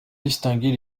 distinguer